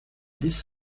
this